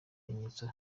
bimenyetso